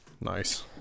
Nice